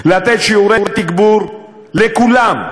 לתת שיעורי תגבור לכולם,